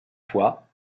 foi